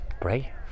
pray